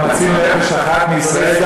כל המציל נפש אחת מישראל,